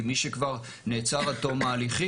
כי מי שכבר נעצר עד תום ההליכים,